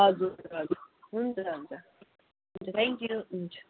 हजुर हजुर हुन्छ हुन्छ थ्याङ्क यू हुन्छ